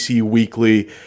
Weekly